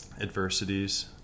adversities